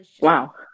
Wow